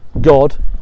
God